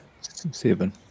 Seven